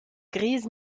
grise